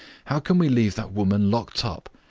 how can we leave that woman locked up?